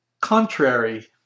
contrary